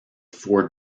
four